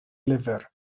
lyfr